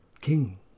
king